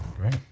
Great